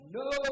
no